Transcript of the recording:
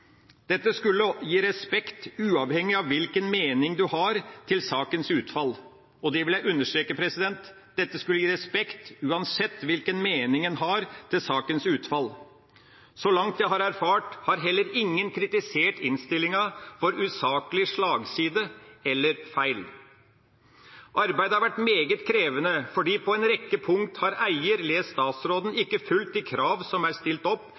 Dette skulle gi respekt, uavhengig av hvilken mening en har til sakens utfall. Det vil jeg understreke. Så langt jeg har erfart, har heller ingen kritisert innstillinga for usaklig slagside eller feil. Arbeidet har vært meget krevende, for på en rekke punkt har eier – les: statsråden – ikke fulgt de krav som er stilt